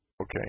Okay